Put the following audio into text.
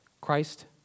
Christ